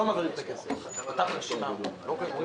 תפרטי לנו, אנחנו רוצים